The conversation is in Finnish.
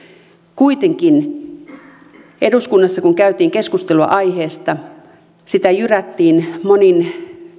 kuitenkin eduskunnassa kun käytiin keskustelua aiheesta sitä jyrättiin monien